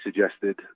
suggested